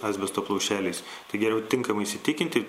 asbesto plaušeliais tai geriau tinkamai įsitikinti